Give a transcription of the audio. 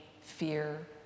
fear